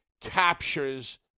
captures